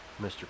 Mr